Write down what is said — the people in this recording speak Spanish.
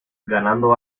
ganando